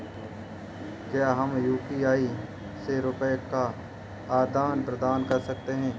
क्या हम यू.पी.आई से रुपये का आदान प्रदान कर सकते हैं?